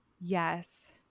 Yes